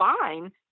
fine